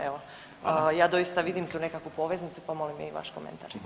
Evo, ja doista vidim tu nekakvu poveznicu, pa molim i vaš komentar.